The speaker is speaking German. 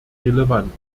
relevant